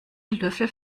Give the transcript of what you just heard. löffel